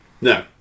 no